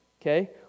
okay